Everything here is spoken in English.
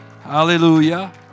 Hallelujah